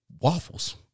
waffles